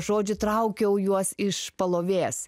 žodžių traukiau juos iš palovės